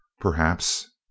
Perhaps